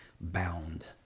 bound